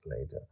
later